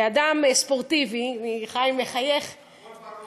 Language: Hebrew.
ואדם ספורטיבי, חיים מחייך, הכול בראש.